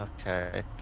Okay